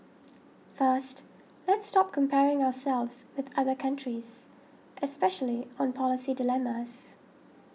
first let's stop comparing ourselves with other countries especially on policy dilemmas